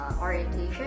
orientation